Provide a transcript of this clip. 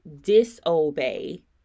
disobey